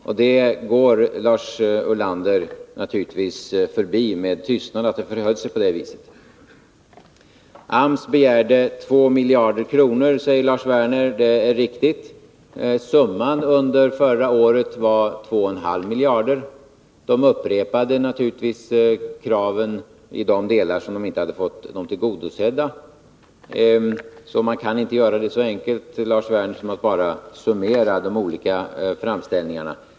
Att det förhöll sig på det viset går Lars Ulander givetvis förbi med tystnad. AMS begärde 2 miljarder kronor, säger Lars Werner. Det är riktigt. Summan som AMS fick utöver ordinarie budgeten under förra året var 2,5 miljarder. AMS upprepade naturligtvis sina tidigare krav i de delar dessa inte blivit tillgodosedda. Man kan således inte göra det så enkelt för sig som Lars Werner gör genom att summera de olika framställningarna.